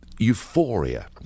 Euphoria